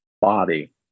body